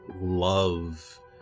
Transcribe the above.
love